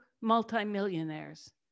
multimillionaires